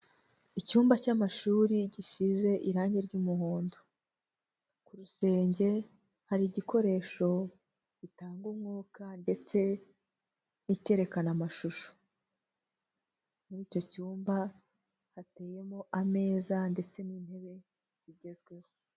Icyumba cy'amashuri gisize irangi ry'umuhondo. Ku rusenge hari igikoresho gitanga umwuka ndetse n'icyerekana amashusho. Muri icyo cyumba hateyemo ameza ndetse n'intebe zigezweho.